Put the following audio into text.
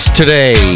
today